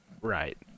right